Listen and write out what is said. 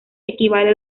equivale